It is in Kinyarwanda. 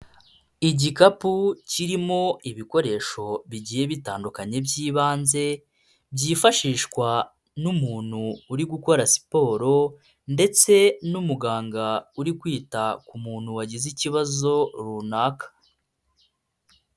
Igikapu kirimo ibikoresho bigiye bitandukanye by'ibanze byifashishwa n'umuntu uri gukora siporo ndetse n'umuganga uri kwita ku muntu wagize ikibazo runaka.